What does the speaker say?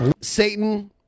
Satan